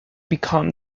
become